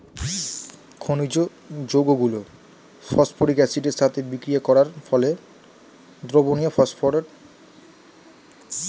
খনিজ যৌগগুলো ফসফরিক অ্যাসিডের সাথে বিক্রিয়া করার ফলে দ্রবণীয় ফসফেট লবণে পরিণত হয়